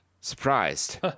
surprised